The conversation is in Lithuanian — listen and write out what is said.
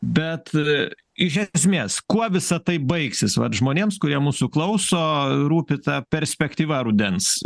bet iš esmės kuo visa tai baigsis vat žmonėms kurie mūsų klauso rūpi ta perspektyva rudens